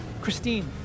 Christine